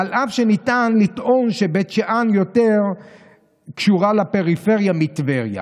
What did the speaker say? אף שניתן לטעון שבית שאן יותר קשורה לפריפריה מטבריה.